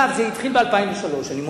אגב, זה התחיל ב-2003, אני מודה.